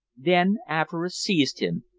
then avarice seized him,